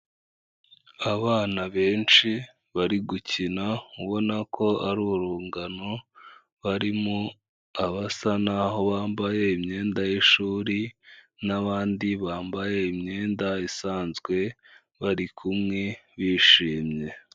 Abana benshi bari gukina ubona ko ari urungano, barimo abasa naho bambaye imyenda y'ishuri n'abandi bambaye imyenda isanzwe bari kumwe bishimye.